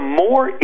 more